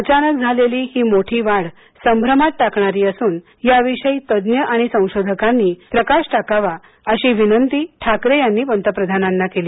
अचानक झालेली ही मोठी वाढ संभ्रमात टाकणारी असून याविषयी तज्ञ आणि संशोधकांनी प्रकाश टाकावा अशी विनंती ठाकरे यांनी पंतप्रधानांना केली